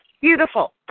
Beautiful